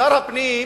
שר הפנים,